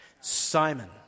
Simon